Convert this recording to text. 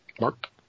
Mark